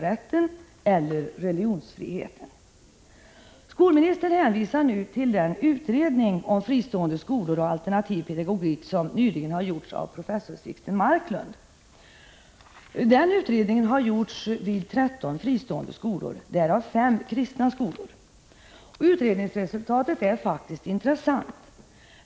Skolministern hänvisar till den utredning om fristående skolor och alternativ pedagogik som nyligen framlagts av professor Sixten Marklund. Utredningen har gjorts vid tretton fristående skolor, därav fem kristna skolor. Utredningsresultatet är intressant.